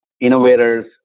innovators